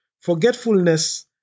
Forgetfulness